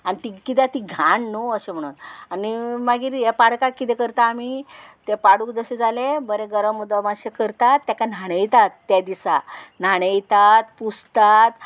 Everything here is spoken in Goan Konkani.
आनी ती किद्याक ती घाण न्हू अशें म्हणून आनी मागीर हे पाडकाक कितें करता आमी तें पाडूक जशे जाले बरें गरम उदक अशें करतात ताका न्हाणयतात त्या दिसा न्हाणयतात पुसतात